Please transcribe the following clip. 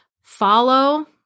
follow